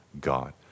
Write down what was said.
God